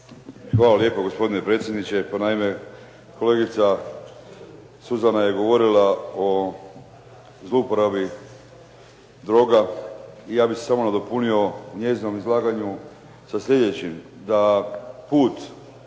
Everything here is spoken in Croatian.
Hvala lijepo, gospodine predsjedniče. Naime, kolegica Suzana je govorila o zlouporabi droga i ja bih se samo nadopunio njezinom izlaganju sa slijedećim,